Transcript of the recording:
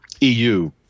EU